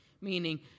meaning